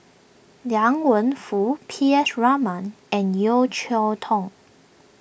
Liang Wenfu P S Raman and Yeo Cheow Tong